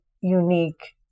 unique